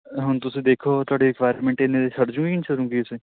ਹੁਣ ਤੁਸੀਂ ਦੇਖੋ ਤੁਹਾਡੀ ਰਿਕਵਾਇਰਮੈਂਟ ਇੰਨੇ ਦੀ ਸਰ ਜਾਊਗੀ ਨਹੀਂ ਸਰੂਗੀ